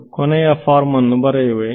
ನಾನು ಕೊನೆಯ ಫಾರ್ಮ್ ಅನ್ನು ಬರೆಯುವೆ